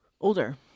older